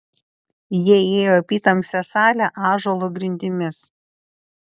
jie įėjo į apytamsę salę ąžuolo grindimis